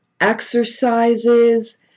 exercises